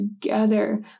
together